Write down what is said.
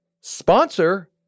sponsor